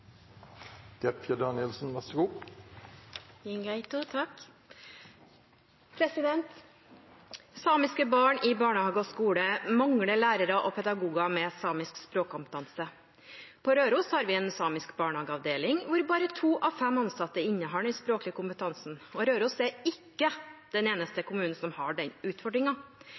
barn i barnehage og skole mangler lærere og pedagoger med samisk språkkompetanse. På Røros har vi en samisk barnehageavdeling hvor bare to av fem ansatte innehar den språklige kompetansen. Røros er ikke den eneste kommunen som har